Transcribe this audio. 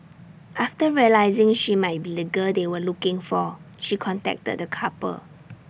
after realising she might be the girl they were looking for she contacted the couple